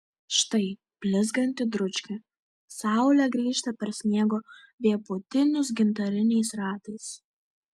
štai blizganti dručkė saulė grįžta per sniego vėpūtinius gintariniais ratais